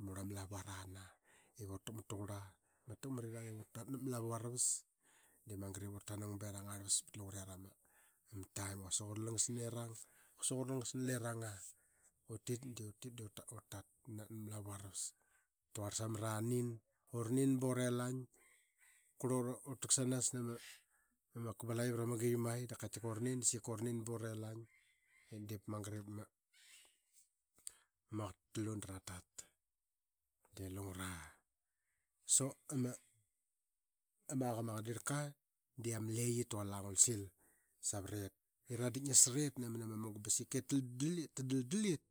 Murl ama lavu arana ip ura takmat ta qurla nama takmariring i utat nav ma lavu aravas. De magat ip ura tanang ba erang arlvas pat langurema ma taim. Quasik ura langas nirang ba meka quasik ura langas na liranga. Utit de utit da utat nap ma lavu aravas taquarl sama ranin. Uranin ba urelang kurli uri tak sama kabalaqi vrama giqi mai. Dap sika urinin ba urelang i dup magat ip ama qaqet ta tlu dara dat dii lungura. Ama qa ma qardirlka dii ama leqi ip taquarl la ngulsil i ra dik nasarit namen ama munga ba radaldal it